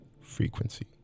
frequency